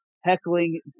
heckling